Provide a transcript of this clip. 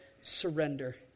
surrender